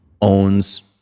owns